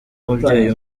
umubyeyi